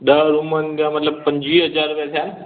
ॾह रूमनि जा मतिलबु पंजवीह हज़ार रुपया थिया